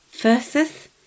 versus